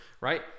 right